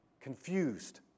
confused